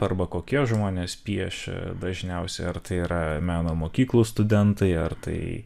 arba kokie žmonės piešia dažniausiai ar tai yra meno mokyklų studentai ar tai